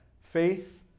faith